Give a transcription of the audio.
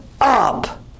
up